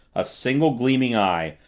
a single gleaming eye,